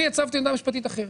אני הצבתי עמדה משפטית אחרת.